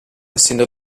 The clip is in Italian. essendo